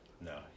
No